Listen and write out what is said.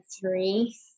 three